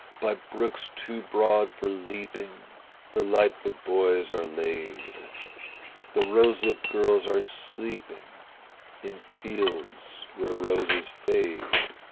by brooks too broad for leaping the lightfoot boys are laid the rose-lipt girls are sleeping in fields where roses fade.